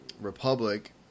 Republic